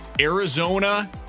Arizona